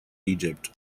egypt